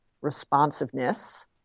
responsiveness